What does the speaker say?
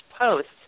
posts